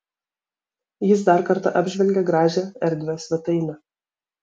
jis dar kartą apžvelgė gražią erdvią svetainę